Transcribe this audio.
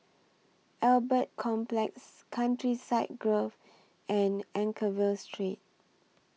Albert Complex Countryside Grove and Anchorvale Street